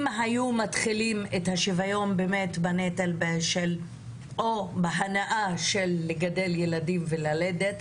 או אם היו מתחילים את השוויון בנטל או בהנאה של ללדת ילדים ולגדלם,